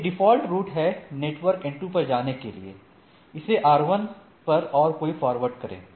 एक default route है network N2 पर जाने के लिए इसे R1 पर और कोई फॉरवर्ड करें